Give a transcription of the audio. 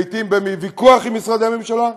לעיתים בוויכוח עם משרדי הממשלה,